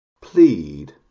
plead